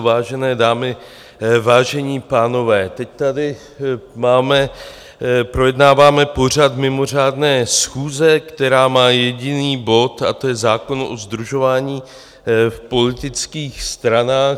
Vážené dámy, vážení pánové, teď tady projednáváme pořad mimořádné schůze, která má jediný bod, a to je zákon o sdružování v politických stranách.